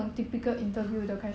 !huh!